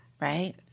right